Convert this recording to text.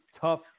tough